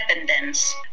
independence